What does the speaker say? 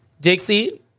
Dixie